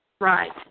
Right